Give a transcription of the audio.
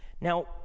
now